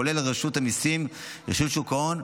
כולל רשות המיסים ורשות שוק ההון,